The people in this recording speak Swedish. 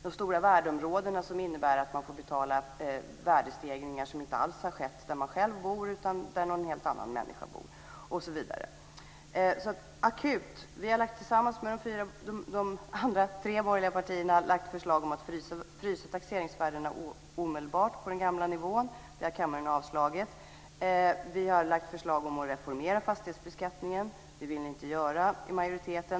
De stora värdeområdena innebär att man får betala värdestegringar som inte alls har skett där man själv bor utan där någon helt annan människa bor, osv. Vi har tillsammans med de tre andra borgerliga partierna väckt förslag om att omedelbart frysa taxeringsvärdena på den gamla nivån. Det har kammaren avslagit. Vi har väckt förslag om att reformera fastighetsbeskattningen. Det vill majoriteten inte göra.